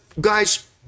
guys